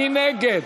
מי נגד?